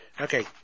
Okay